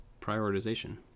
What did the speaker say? prioritization